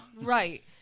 Right